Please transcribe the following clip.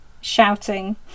shouting